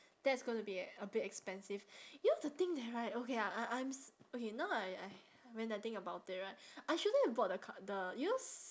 that's gonna be e~ a bit expensive you know the thing that right okay I I I'm s~ okay now I I when I think about it right I shouldn't have bought the c~ you know ps~